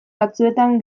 batzuetan